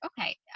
okay